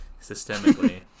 systemically